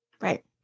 Right